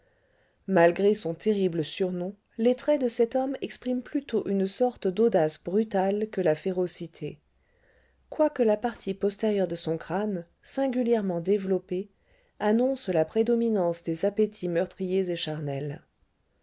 malgré son terrible surnom les traits de cet homme expriment plutôt une sorte d'audace brutale que la férocité quoique la partie postérieure de son crâne singulièrement développée annonce la prédominance des appétits meurtriers et charnels